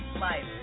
life